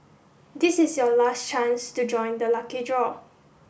this is your last chance to join the lucky draw